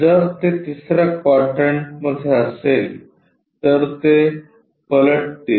जर ते तिसर्या क्वाड्रंटमध्ये असेल तर ते पलटतील